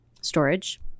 storage